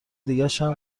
دیگشم